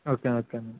okay okay